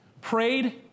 prayed